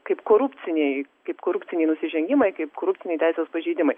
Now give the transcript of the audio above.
kaip korupciniai kaip korupciniai nusižengimai kaip korupciniai teisės pažeidimai